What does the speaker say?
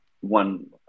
one